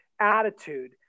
attitude